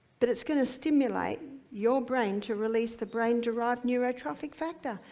but it's gonna stimulate your brain to release the brain derived neurotropic factor,